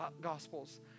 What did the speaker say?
gospels